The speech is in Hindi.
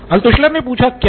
अल्त्शुलर ने पूछा क्या